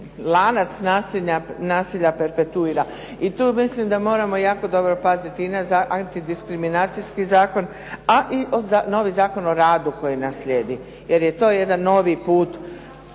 lanac nasilja perpetuira. I tu mislim da moramo jako dobro paziti i na antidiskriminacijski zakon a i novi Zakon o radu koji nam slijedi jer je to jedan novi put